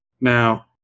Now